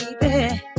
baby